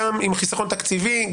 גם עם חיסכון תקציבי,